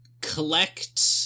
collect